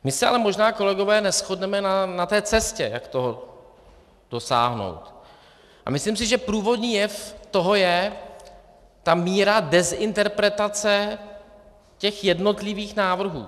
My se ale možná, kolegové, neshodneme na té cestě, jak toho dosáhnout, a myslím si, že původní jev toho je míra dezinterpretace těch jednotlivých návrhů.